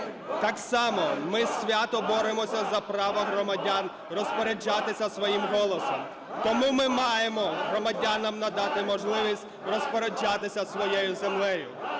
Так само ми свято боремося за право громадян розпоряджатися своїм голосом. Тому ми маємо громадянам надати можливість розпоряджатися своєю землею,